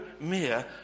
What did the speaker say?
mere